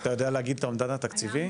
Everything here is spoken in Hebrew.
אתה יודע להגיד את האומדן התקציבי?